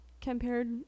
compared